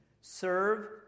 serve